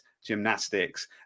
gymnastics